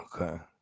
Okay